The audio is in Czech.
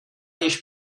již